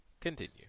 Continue